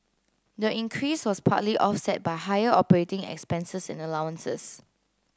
the increase was partly offset by higher operating expenses and allowances